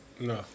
No